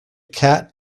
cat